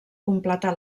completar